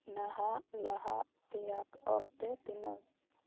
ᱱᱟᱦᱟᱜ ᱞᱟᱦᱟᱜ ᱛᱮᱭᱟᱜ ᱚᱠᱛᱮ ᱛᱤᱱᱟᱹᱝ